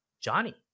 johnny